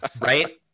right